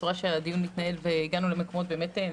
הצורה שהדיון מתנהל והגענו למקומות באמת נמוכים.